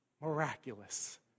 miraculous